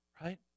Right